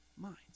minds